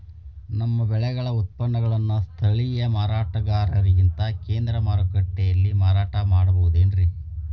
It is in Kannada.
ನಮ್ಮ ಬೆಳೆಗಳ ಉತ್ಪನ್ನಗಳನ್ನ ಸ್ಥಳೇಯ ಮಾರಾಟಗಾರರಿಗಿಂತ ಕೇಂದ್ರ ಮಾರುಕಟ್ಟೆಯಲ್ಲಿ ಮಾರಾಟ ಮಾಡಬಹುದೇನ್ರಿ?